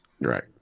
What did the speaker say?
right